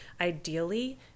ideally